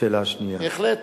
לשאלה השנייה, בהחלט.